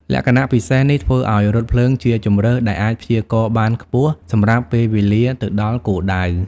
លក្ខណៈពិសេសនេះធ្វើឱ្យរថភ្លើងជាជម្រើសដែលអាច ព្យាករណ៍បានខ្ពស់ សម្រាប់ពេលវេលាទៅដល់គោលដៅ។